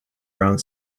around